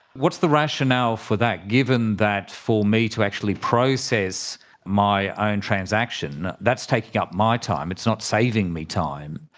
what is the rationale for that, given that for me to actually process my own and transaction that's taking up my time, it's not saving me time?